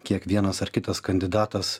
kiek vienas ar kitas kandidatas